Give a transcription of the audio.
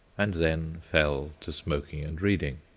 and then fell to smoking and reading.